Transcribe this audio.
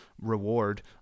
reward